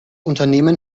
unternehmen